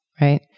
right